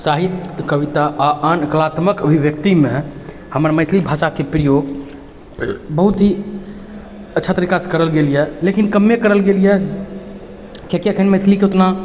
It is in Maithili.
साहित्य कविता आओर आन कलात्मक अभिव्यक्तिमे हमर मैथिली भाषाके प्रयोग बहुत ही अच्छा तरीकासँ करल गेल यऽ लेकिन कमे करल गेल यऽ कियाकि एखन मैथिलीके ओतना